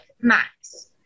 max